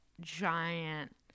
giant